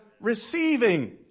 receiving